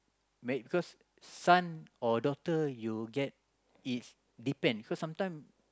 married cause son or daughter you get it's depend cause sometime